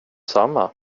samma